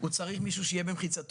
הוא צריך מישהו שיהיה במחיצתו.